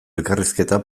elkarrizketa